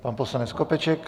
Pan poslanec Skopeček.